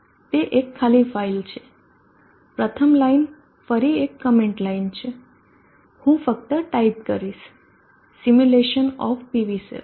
તે એક ખાલી ફાઇલ છે પ્રથમ લાઇન ફરી એક કમેન્ટ લાઈન છે હું ફક્ત ટાઇપ કરીશ સિમ્યુલેશન ઓફ PV સેલ